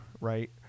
right